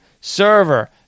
server